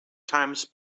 times